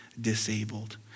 disabled